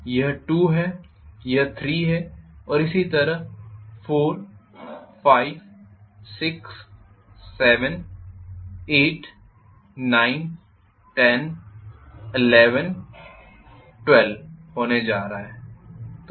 तो यह 1 है यह 2 है यह 3 है और इसी तरह 456789101112 होने जा रहा हूं